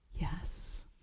Yes